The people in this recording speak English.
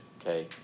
Okay